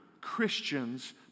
Christians